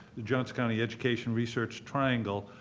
the johnson county education research triangle,